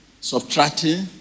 subtracting